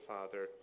Father